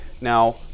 Now